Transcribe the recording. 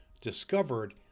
discovered